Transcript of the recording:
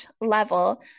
level